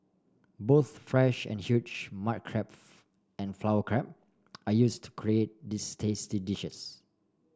both fresh and huge mud crab and flower crab are use to create these tasty dishes